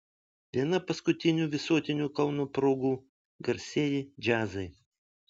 viena paskutinių visuotinių kauno progų garsieji džiazai